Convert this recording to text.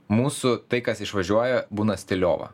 mūsų tai kas išvažiuoja būna stiliova